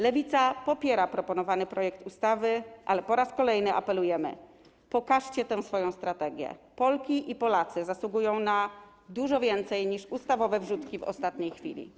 Lewica popiera proponowany projekt ustawy, ale po raz kolejny apelujemy: pokażcie tę swoją strategię, Polki i Polacy zasługują na dużo więcej niż ustawowe wrzutki w ostatniej chwili.